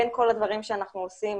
בין כל הדברים שאנחנו עושים,